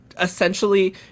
essentially